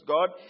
God